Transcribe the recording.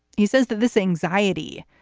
he says that this anxiety,